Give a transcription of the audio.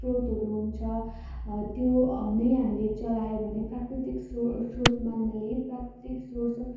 स्रोतहरू हुन्छ त्यो नै हामीले चलायो भने प्राकृतिक स्रोत मान्नाले प्राकृतिक सोर्स अब्